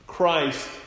Christ